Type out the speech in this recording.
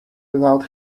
without